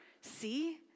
See